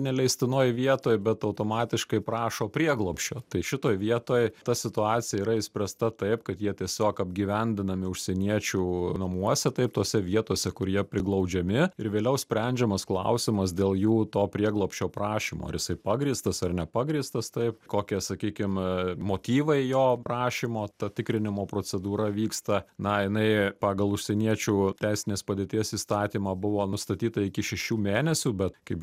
neleistinoj vietoj bet automatiškai prašo prieglobsčio tai šitoj vietoj ta situacija yra išspręsta taip kad jie tiesiog apgyvendinami užsieniečių namuose taip tose vietose kur jie priglaudžiami ir vėliau sprendžiamas klausimas dėl jų to prieglobsčio prašymo ar jisai pagrįstas ar nepagrįstas taip kokie sakykim motyvai jo prašymo ta tikrinimo procedūra vyksta na jinai pagal užsieniečių teisinės padėties įstatymą buvo nustatyta iki šešių mėnesių bet kaip